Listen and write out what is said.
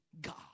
God